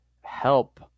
help